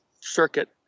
circuit